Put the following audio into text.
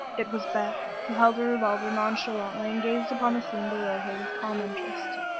it was beth, who held her revolver nonchalantly and gazed upon the scene below her with calm interest.